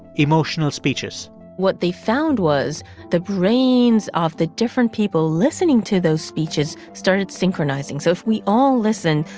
emotional speeches what they found was the brains of the different people listening to those speeches started synchronizing. so if we all listen,